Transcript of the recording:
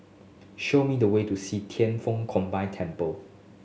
show me the way to See Thian Foh Combined Temple